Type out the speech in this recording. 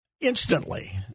instantly